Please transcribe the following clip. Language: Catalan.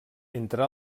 entre